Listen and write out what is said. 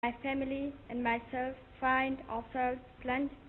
my family and myself find ourselves plenty